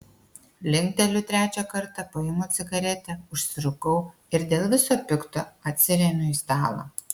linkteliu trečią kartą paimu cigaretę užsirūkau ir dėl viso pikto atsiremiu į stalą